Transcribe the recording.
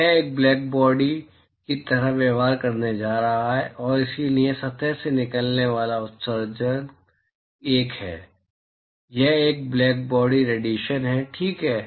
तो यह एक ब्लैक बॉडी की तरह व्यवहार करने जा रहा है और इसलिए सतह से निकलने वाला उत्सर्जन एक है यह एक ब्लैकबॉडी रेडिएशन है ठीक है